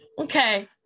Okay